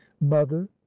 mother